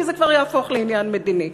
כי זה כבר יהפוך לעניין מדיני.